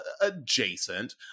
adjacent